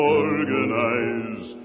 organize